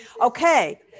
Okay